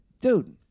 Dude